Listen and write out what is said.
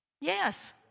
Yes